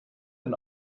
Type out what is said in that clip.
and